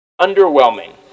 underwhelming